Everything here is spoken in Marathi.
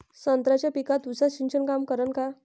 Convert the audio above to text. संत्र्याच्या पिकावर तुषार सिंचन काम करन का?